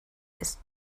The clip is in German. ist